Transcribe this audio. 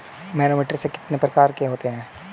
Manometer कितने प्रकार के होते हैं?